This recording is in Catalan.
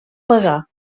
pagar